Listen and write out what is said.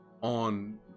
on